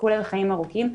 שיזכו לחיים ארוכים,